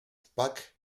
pack